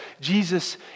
Jesus